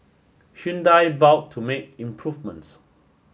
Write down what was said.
Hyundai vow to make improvements